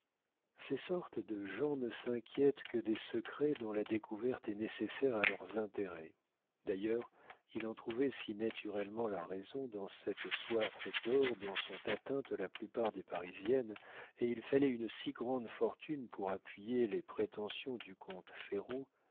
ces sortes de gens ne s'inquiètent que des secrets dont la découverte est nécessaire à leurs intérêts d'ailleurs il en trouvait si naturellement la raison dans cette soif d'or dont sont atteintes la plupart des parisiennes et il fallait une si grande fortune pour appuyer les prétentions du comte ferraud